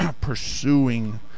pursuing